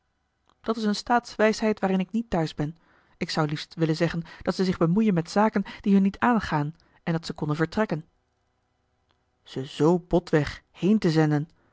dat is eene staatswijsheid waarin ik niet thuis ben ik zou liefst willen zeggen dat zij zich bemoeien met zaken die hun niet aangaan en dat ze konden vertrekken ze z botweg heen te zenden